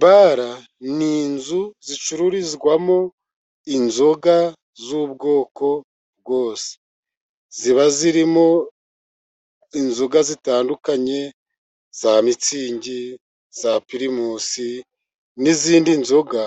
Bara ni inzu zicururizwamo inzoga z'ubwoko bwose. Ziba zirimo inzoga zitandukanye. Za mitsingi, za primusi n'izindi nzoga